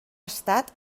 estat